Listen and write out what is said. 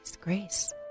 Grace